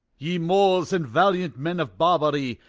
ye moors and valiant men of barbary.